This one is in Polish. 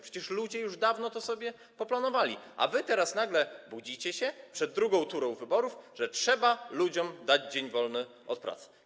Przecież ludzie już dawno to sobie poplanowali, a wy teraz nagle budzicie się przed drugą turą wyborów, że trzeba ludziom dać dzień wolny od pracy.